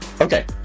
Okay